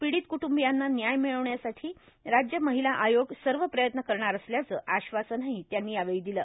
पीडित कुट्टंबियांना न्याय मिळण्यासाठी राज्य महिला आयोग सर्व प्रयत्न करणार असल्याचं आश्वासनही त्यांनी यावेळी दिलं